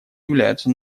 являются